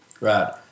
Right